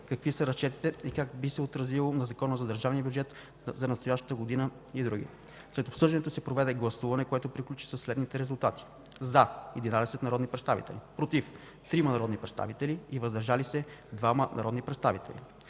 какви са разчетите и как би се отразило на Закона за държавния бюджет за настоящата година и други. След обсъждането се проведе гласуване, което приключи със следните резултати: „за” – 11 народни представители, „против” – 3 народни представители, и „въздържали се” – 2 народни представители.